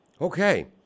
okay